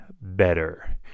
better